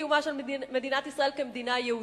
קיומה של מדינת ישראל כמדינה יהודית,